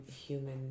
human